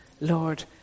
Lord